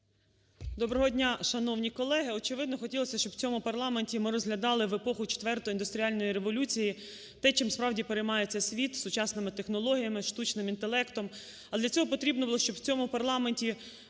Доброго дня, шановні колеги! Очевидно, хотілося, щоб в цьому парламенті ми розглядали в епоху Четвертої індустріальної революції те, чим справді переймається світ – сучасними технологіями, штучним інтелектом, але для цього потрібно було б, щоб в цьому парламенті